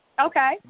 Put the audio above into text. Okay